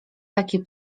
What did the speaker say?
taki